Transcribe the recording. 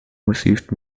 received